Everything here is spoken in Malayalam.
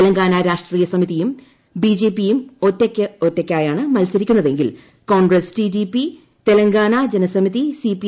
തെലങ്കാന രാഷ്ട്രീയ സമിതിയും ിബ്ിജ്പിയും ഒറ്റയ്ക്കൊറ്റയ്ക്കാണ് മൽസരിക്കുന്ന്തെങ്കിൽ കോൺഗ്രസ്സ് റ്റിഡിപി തെലങ്കാന ജനസമിതി സ്പി